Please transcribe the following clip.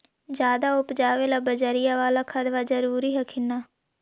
ज्यादा उपजाबे ला बजरिया बाला खदबा जरूरी हखिन न?